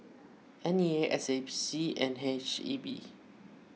N E A S A P and H E B